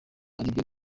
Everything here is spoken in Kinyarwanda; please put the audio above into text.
ariko